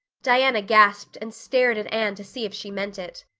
diana gasped and stared at anne to see if she meant it.